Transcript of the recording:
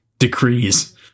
decrees